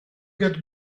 get